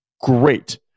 Great